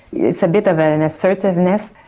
it's a bit of an assertiveness,